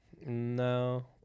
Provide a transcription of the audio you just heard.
No